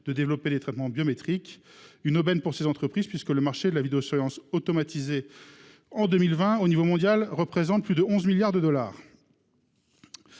de développer des traitements biométriques. C'est une aubaine pour ces entreprises, puisque le marché de la vidéosurveillance automatisée au niveau mondial représentait, en 2020, plus de 11 milliards de dollars.